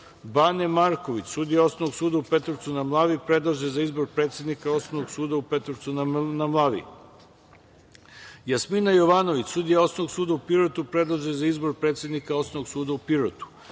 Bane Marković sudija Osnovnog suda u Petrovcu na Mlavi, predlaže se za izbor predsednika Osnovnog suda u Petrovcu na Mlavi; Jasmina Jovanović sudija Osnovnog suda u Pirotu, predlaže se za izbor predsednika Osnovnog suda u Pirotu;